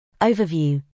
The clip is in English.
Overview